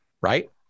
right